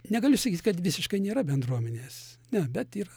negaliu sakyt kad visiškai nėra bendruomenės ne bet yra